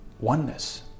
oneness